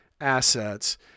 assets